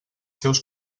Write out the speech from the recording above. seus